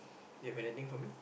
do you have anything for me